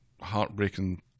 heartbreaking